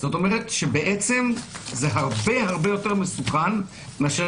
זאת אומרת שזה הרבה הרבה יותר מסוכן מאשר